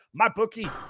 MyBookie